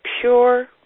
pure